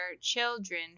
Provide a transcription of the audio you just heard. children